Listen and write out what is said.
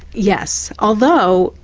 yes, although,